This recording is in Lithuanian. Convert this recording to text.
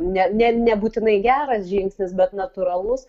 ne ne nebūtinai geras žingsnis bet natūralus